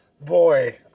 boy